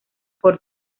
por